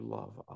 love